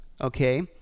okay